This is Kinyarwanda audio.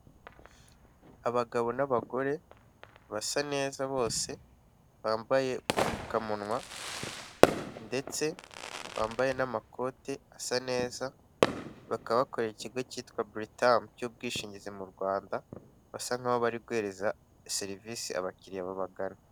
Abagabo n'abagore basa neza bose, bambaye udupfukamunwa ndetse bambaye n'amakoti asa neza, bakaba bakorera ikigo cyitwa Britam cy'ubwishingizi mu Rwanda, basa nk'aho bari guhereza serivisi abakiriya babagana.